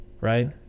right